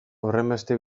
horrenbeste